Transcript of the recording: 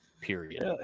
Period